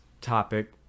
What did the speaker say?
topic